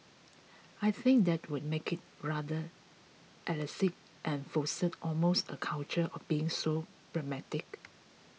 I think that would make it rather elitist and foster almost a culture of being so pragmatic